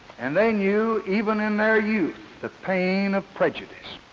and they knew even in their youth the pain of prejudice.